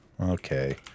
Okay